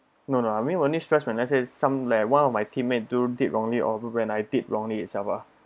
no no I mean only stressed when let's say some leh one of my teammate do did wrongly or when I did wrongly itself ah